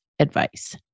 Advice